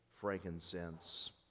frankincense